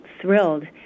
thrilled